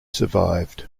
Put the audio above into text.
survived